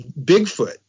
Bigfoot